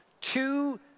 Two